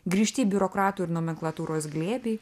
grįžti į biurokratų ir nomenklatūros glėbį